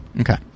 okay